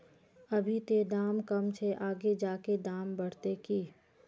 अभी ते दाम कम है आगे जाके दाम बढ़ते की?